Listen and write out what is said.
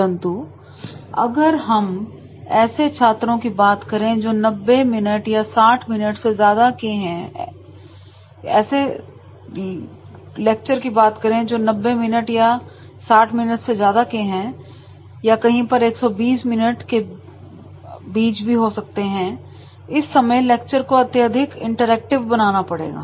परंतु अगर हम ऐसे छात्रों की बात करें जो 90 मिनट या 60 मिनट से ज्यादा की हैं या कहीं पर 120 मिनट के बीच हो सकते हैं दो इस समय लेक्चर को अत्यधिक इंटरएक्टिव बनाना पड़ेगा